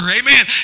Amen